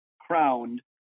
crowned